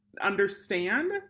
understand